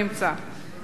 חבר